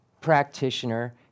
practitioner